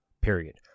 period